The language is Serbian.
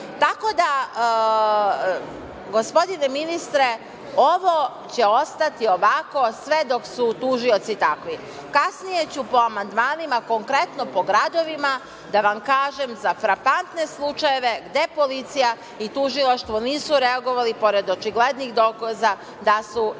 da, gospodine ministre, ovo će ostati ovako sve dok su tužioci takvi. Kasnije ću po amandmanima, konkretno po gradovima, da vam kažem za frapantne slučajeve gde policija i tužilaštvo nisu reagovali pored očiglednih dokaza da su deca